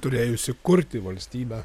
turėjusi kurti valstybę